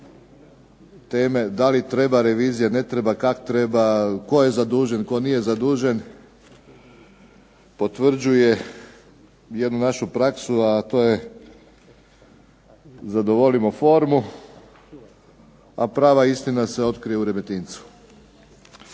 teme da li treba revizija, ne treba, kad treba, tko je zadužen, tko nije zadužen, potvrđuje jednu našu praksu a to je zadovoljimo formu, a prava istina se otkrije u Remetincu.